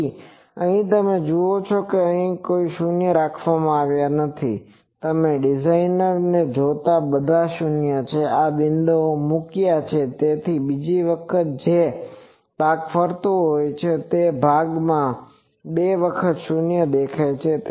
તેથી અહીં તમે જુઓ છો કે અહીં કોઈ શૂન્ય રાખવામાં આવ્યાં નથી તમે ડિઝાઇનર ને જોતા બધા શૂન્ય આ બિંદુઓમાં મૂક્યા છે જેથી બીજી વખત જે ભાગ ફરતો હોય તે ભાગમાં બે વખત શૂન્ય દેખાય છે